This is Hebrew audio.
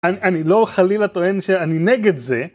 אני לא חלילה טוען שאני נגד זה